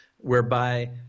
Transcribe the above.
whereby